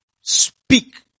speak